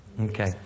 Okay